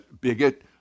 bigot